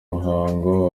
muhango